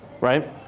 Right